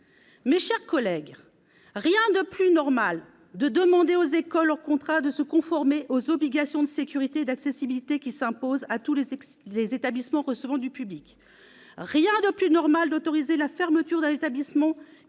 Mes chers collègues, rien n'est plus normal que de demander aux écoles hors contrat de se conformer aux obligations de sécurité et d'accessibilité qui s'imposent à tous les établissements recevant du public. Rien n'est plus normal que d'autoriser la fermeture d'un établissement